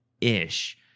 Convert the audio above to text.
ish